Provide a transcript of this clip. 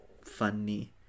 Funny